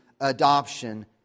adoption